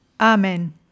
Amen